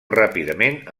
ràpidament